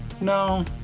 No